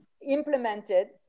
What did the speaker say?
implemented